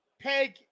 peg